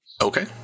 Okay